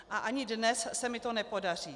A ani dnes se mi to nepodaří.